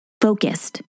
focused